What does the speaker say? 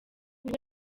buri